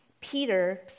Peter